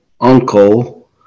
uncle